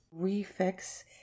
refix